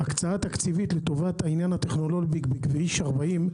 הקצאה תקציבית לטובת העניין הטכנולוגי בכביש 40,